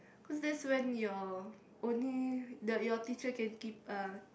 cause that's when your only the your teacher can keep uh